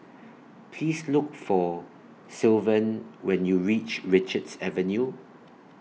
Please Look For Sylvan when YOU REACH Richards Avenue